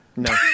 No